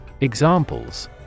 Examples